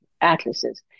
atlases